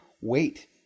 wait